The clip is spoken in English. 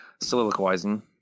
soliloquizing